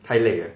太累了